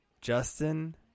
Justin